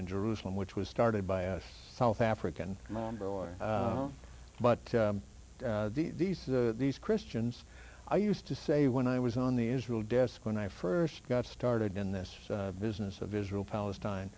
in jerusalem which was started by a south african boy but these these christians i used to say when i was on the israel desk when i first got started in this business of israel palestine